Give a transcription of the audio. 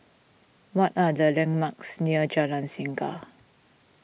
what are the landmarks near Jalan Singa